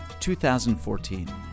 2014